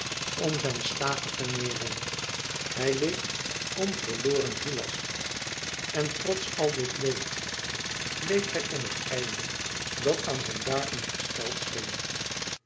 om zijn stage verneêring hij leed om verloren hylas en trots al dit leed leed hij om het einde dat aan zijn dagen gesteld scheen